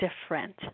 different